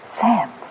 Sam